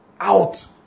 out